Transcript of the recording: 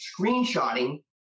screenshotting